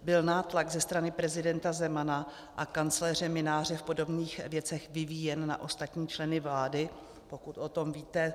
Byl nátlak ze strany prezidenta Zemana a kancléře Mynáře v podobných věcech vyvíjen na ostatní členy vlády, pokud o tom víte?